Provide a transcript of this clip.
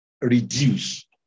reduce